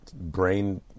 brain